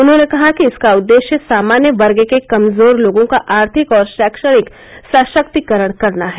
उन्होंने कहा कि इसका उद्देश्य समान्य वर्ग के कमजोर लोगों का आर्थिक और शैक्षणिक सशक्तिकरण करना है